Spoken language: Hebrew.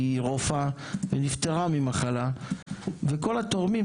היא רופאה ונפטרה ממחלה וכל התורמים,